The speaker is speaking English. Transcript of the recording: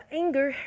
anger